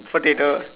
potato